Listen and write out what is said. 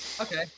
Okay